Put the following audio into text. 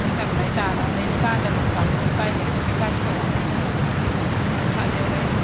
सिगांलाय दानानै गानोमोन बांसिन बायनायखौनो गानफेरामोन जोङो न'आव थानायावलाय